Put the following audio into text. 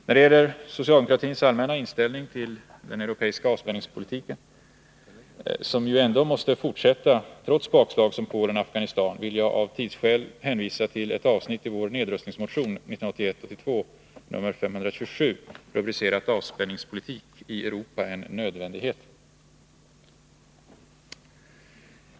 När det gäller socialdemokratins allmänna inställning till den europeiska avspänningspolitiken, som ändå måste fortsätta trots bakslag som Polen och Afghanistan, vill jag av tidsskäl hänvisa till ett avsnitt i vår nedrustningsmotion 1981/82:527, rubricerat Avspänningspolitik i Europa en nödvändighet.